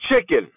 chicken